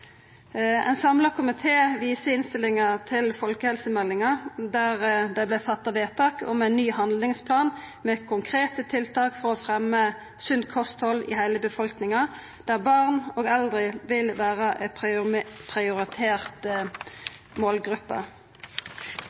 Ein samla komité viser i innstillinga til folkehelsemeldinga, der det vart fatta vedtak om ein ny handlingsplan med konkrete tiltak for å fremja sunt kosthold i heile befolkninga, der barn og eldre vil vera ei prioritert